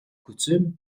coutume